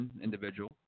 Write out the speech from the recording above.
individual